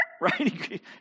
right